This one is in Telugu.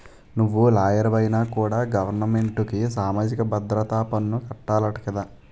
నువ్వు లాయరువైనా కూడా గవరమెంటుకి సామాజిక భద్రత పన్ను కట్టాలట కదా